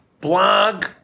blog